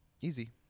Easy